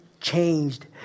changed